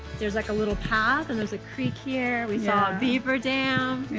there's like a little path and there's a creek here. we saw a beaver dam!